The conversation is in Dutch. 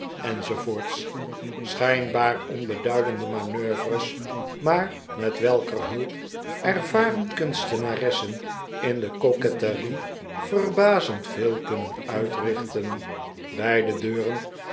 schijnbaar onbeduidende manoeuvres maar met welker hulp ervaren kunstenaressen in de coquetterie verbazend veel kunnen uitrichten bij de deuren